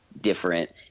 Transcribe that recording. different